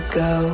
go